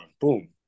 boom